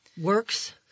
works